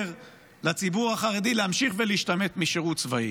לציבור החרדי להמשיך ולהשתמט משירות צבאי.